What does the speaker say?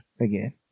again